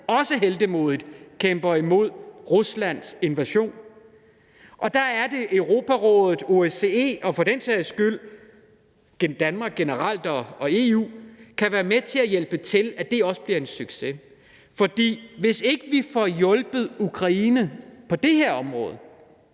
også heltemodigt kæmper imod Ruslands invasion. Og der er det, at Europarådet og OSCE og for den sags skyld Danmark generelt og EU kan være med til at hjælpe til med, at det også bliver en succes. For hvis ikke vi får hjulpet Ukraine på det her område,